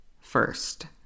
first